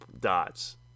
dots